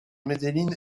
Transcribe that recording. medellín